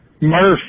Murph